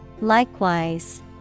Likewise